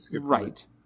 Right